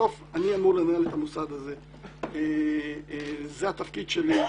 בסוף אני אמור לנהל את המוסד הזה, זה התפקיד שלי.